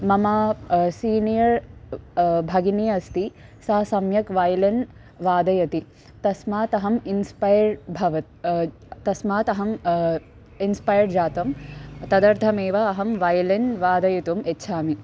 मम सीनियर् भगिनी अस्ति सा सम्यक् वयलिन् वादयति तस्मात् अहम् इन्स्पैर्ड् अभवत् तस्मात् अहम् इन्स्पैर्ड् जातं तदर्थमेव अहं वयलिन् वादयितुम् इच्छामि